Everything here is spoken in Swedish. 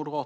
Herr